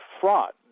fraud